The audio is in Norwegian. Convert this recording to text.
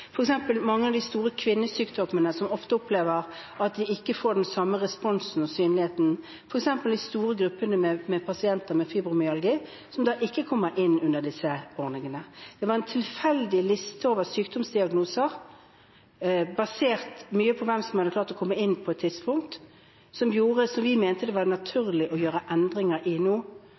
f.eks. mange av de store kvinnesykdommene, opplever pasientene ofte at de ikke får den samme responsen og er like synlige, f.eks. de store gruppene av pasienter med fibromyalgi, som ikke kommer inn under disse ordningene. Det var en tilfeldig liste over sykdomsdiagnoser, mye basert på hvem som hadde klart å komme inn på et tidspunkt, som vi mente det var naturlig å gjøre endringer i nå.